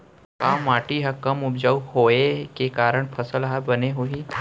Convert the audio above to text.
का माटी हा कम उपजाऊ होये के कारण फसल हा बने होही?